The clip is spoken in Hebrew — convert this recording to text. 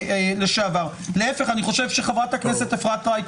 אם מדברים על לשעבר,